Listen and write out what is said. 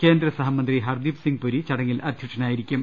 കേന്ദ്ര സഹമന്ത്രി ഹർദീപ്സിംഗ് പുരി ചടങ്ങിൽ അധ്യക്ഷനാ യിരിക്കും